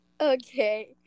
Okay